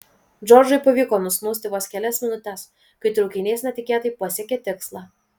džordžui pavyko nusnūsti vos kelias minutes kai traukinys netikėtai pasiekė tikslą